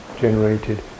generated